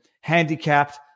handicapped